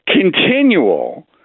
continual